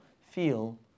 feel